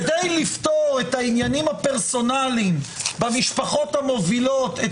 כדי לפתור את העניינים הפרסונליים במשפחות המובילות את